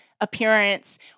appearance